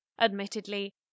Admittedly